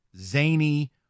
zany